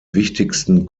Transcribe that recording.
wichtigsten